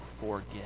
forget